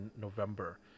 November